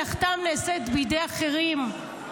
מלאכתם נעשית בידי אחרים.